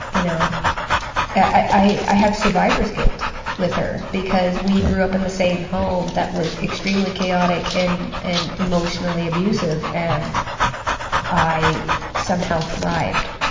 you know i i have survivor's guilt with her. because we grew up in the same home that was extremely chaotic and and emotionally abusive and i somehow thrived